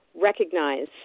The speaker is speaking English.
recognize